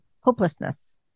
hopelessness